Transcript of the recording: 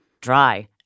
dry